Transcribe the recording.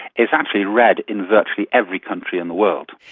it's actually read in virtually every country in the world.